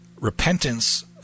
repentance